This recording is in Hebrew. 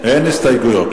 אין הסתייגויות.